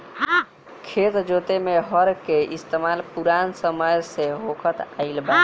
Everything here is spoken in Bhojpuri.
खेत जोते में हर के इस्तेमाल पुरान समय से होखत आइल बा